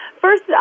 first